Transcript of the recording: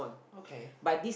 okay